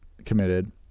Committed